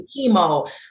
chemo